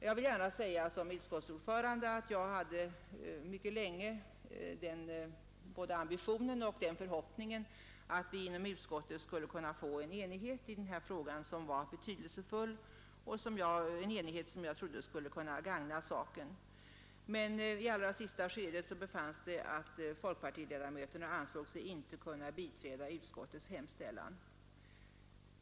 Jag vill som utskottsordförande gärna säga att jag mycket länge hade ambitionen och förhoppningen att vi inom utskottet skulle kunna få en enighet i denna fråga som är så betydelsefull, en enighet som jag trodde skulle kunna gagna saken. Men i allra sista skedet befanns det att folkpartiledamöterna inte ansåg sig kunna biträda utskottets hemställan.